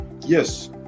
Yes